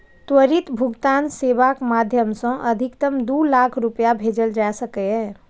त्वरित भुगतान सेवाक माध्यम सं अधिकतम दू लाख रुपैया भेजल जा सकैए